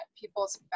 people's